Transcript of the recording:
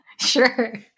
Sure